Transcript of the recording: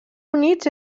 units